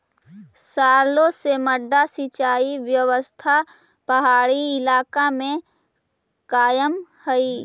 सालो से मड्डा सिंचाई व्यवस्था पहाड़ी इलाका में कायम हइ